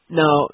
now